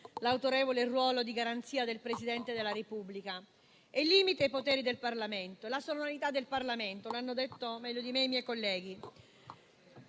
l'autorevole ruolo di garanzia del Presidente della Repubblica e limita i poteri e la sovranità del Parlamento, come hanno detto meglio di me i miei colleghi.